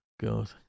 God